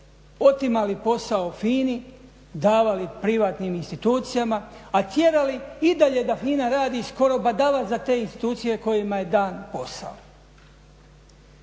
Otimali posao FINA-i, davali privatnim institucijama a tjerali i dalje da FINA radi skoro badava za te institucije kojima je dan posao.